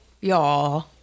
y'all